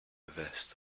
vest